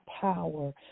power